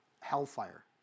hellfire